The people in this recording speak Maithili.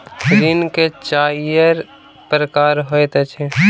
ऋण के चाइर प्रकार होइत अछि